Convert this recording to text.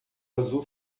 azul